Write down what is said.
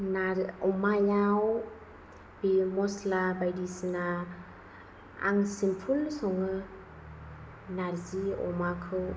नार अमायाव होयो मस्ला बायदिसिना आं सिम्पल सङो नारजि अमाखौ